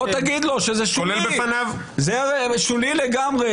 בוא תגיד לו שזה שולי לגמרי.